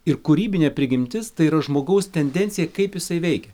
ir kūrybinė prigimtis tai yra žmogaus tendencija kaip jisai veikia